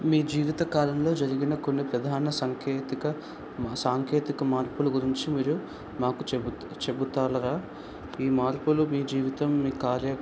మీ జీవిత కాలంలో జరిగిన కొన్ని ప్రధాన సంకేతిక సాంకేతిక మార్పుల గురించి మీరు మాకు చెబుతారా ఈ మార్పులు మీ జీవితం మీ కార్యాక్